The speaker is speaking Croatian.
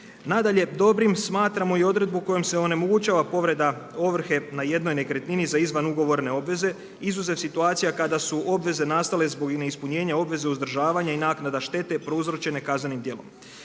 Nadalje, dobrim smatramo i odredbu kojom se onemogućava povreda ovrhe na jednoj nekretnini za izvan ugovorne obveze izuzev situacija kada su obveze nastale zbog neispunjenja obveze uzdržavanja i naknada štete prouzročene kaznenim djelom.